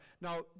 Now